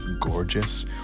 gorgeous